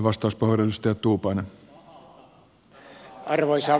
arvoisa herra puhemies